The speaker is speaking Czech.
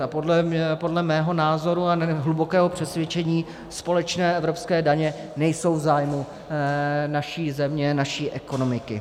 A podle mého názoru a mého hlubokého přesvědčení společné evropské daně nejsou v zájmu naší země, naší ekonomiky.